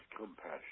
compassion